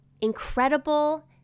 incredible